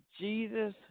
Jesus